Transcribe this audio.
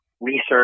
research